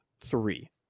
three